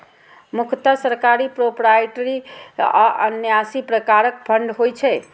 मुख्यतः सरकारी, प्रोपराइटरी आ न्यासी प्रकारक फंड होइ छै